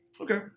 okay